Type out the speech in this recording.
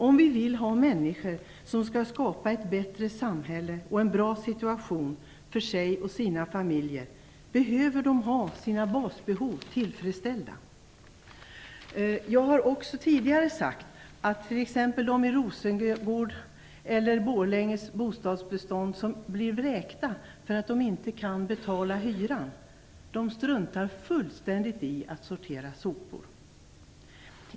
Om vi vill ha människor som skall skapa ett bättre samhälle och en bra situation för sig och sina familjer, behöver de ha sina basbehov tillfredsställda. Jag har också tidigare sagt att t.ex. de människor i Rosengård i Malmö eller i Borlänges bostadsbestånd som blir vräkta för att de inte kan betala hyran struntar fullständigt i att sortera sopor.